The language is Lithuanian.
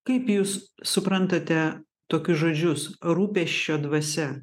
kaip jūs suprantate tokius žodžius rūpesčio dvasia